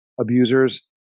abusers